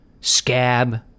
Scab